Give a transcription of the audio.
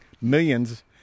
Millions